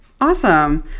Awesome